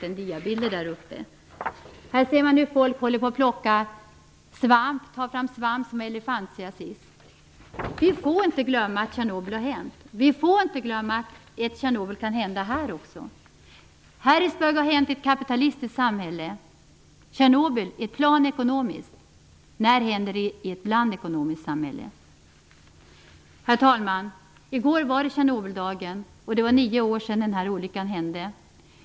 På bilderna ser man hur folk håller på att plocka svamp som har elefantiasis. Vi får inte glömma Tjernobylolyckan. Vi får inte glömma att en liknande olycka kan hända här också. Harrisburgolyckan hände i ett kapitalistiskt samhälle, Tjernobyl i ett planekonomiskt. När händer det i ett blandekonomiskt samhälle? Herr talman! I går var Tjernobyldagen. Det var i går nio år sedan olyckan hände.